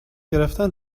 گرفتن